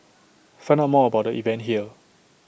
find out more about the event here